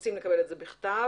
נבקש לקבל בכתב.